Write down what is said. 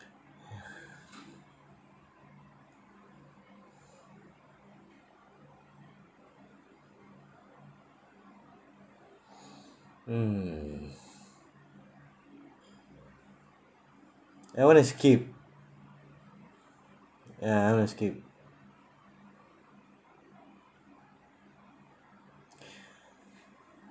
ya mm I want to skip ya I want to skip